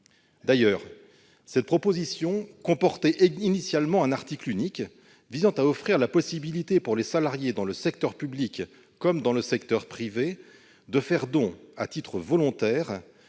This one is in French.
D'ailleurs, ce texte comportait initialement un article unique visant à offrir la possibilité aux salariés, dans le secteur public comme dans le secteur privé, de faire don à titre volontaire